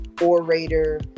orator